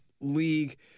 league